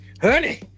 honey